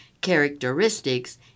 characteristics